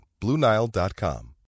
BlueNile.com